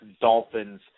Dolphins